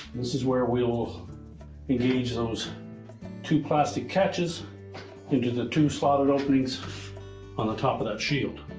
this is where we'll we'll engage those two plastic catchers into the two slotted openings on the top of that shield.